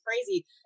crazy